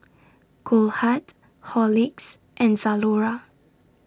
Goldheart Horlicks and Zalora